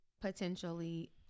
potentially